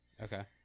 okay